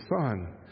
son